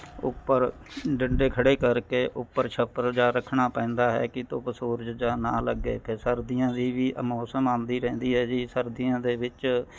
ਉੱਪਰ ਡੰਡੇ ਖੜ੍ਹੇ ਕਰਕੇ ਉੱਪਰ ਛੱਪਰ ਜਿਹਾ ਰੱਖਣਾ ਪੈਂਦਾ ਹੈ ਕਿ ਧੁੱਪ ਸੂਰਜ ਜਿਹਾ ਨਾ ਲੱਗੇ ਕਿ ਸਰਦੀਆਂ ਦੀ ਵੀ ਮੌਸਮ ਆਉਂਦੀ ਰਹਿੰਦੀ ਹੈ ਜੀ ਸਰਦੀਆਂ ਦੇ ਵਿੱਚ